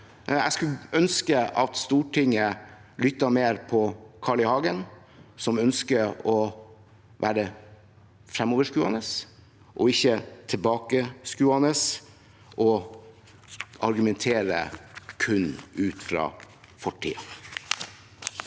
Jeg skulle ønske at Stortinget lyttet mer til Carl I. Hagen, som ønsker å være fremoverskuende, ikke tilbakeskuende og kun argumentere ut fra fortiden.